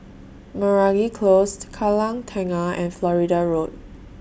Meragi Close Kallang Tengah and Florida Road